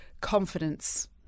confidence